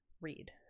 read